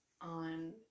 on